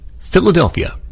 Philadelphia